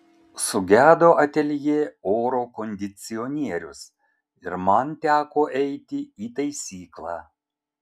sugedo ateljė oro kondicionierius ir man teko eiti į taisyklą